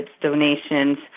donations